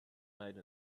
made